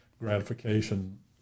gratification